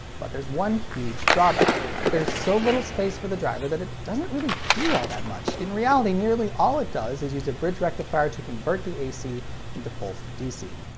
but there's one huge drawback. there's so little space for the driver that it doesn't really do all that much. in reality, nearly all it does is use a bridge rectifier to convert the ac into pulsed dc.